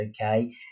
okay